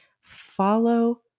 follow